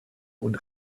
und